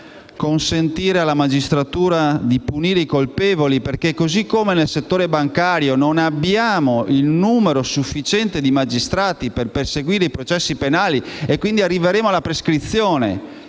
meno dovrà consentire alla magistratura di punire i colpevoli perché, così come per il settore bancario, non abbiamo il numero sufficiente di magistrati per svolgere i processi penali e quindi arriveremo alla prescrizione;